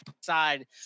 side